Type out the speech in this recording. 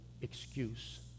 excuse